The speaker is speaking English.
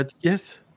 Yes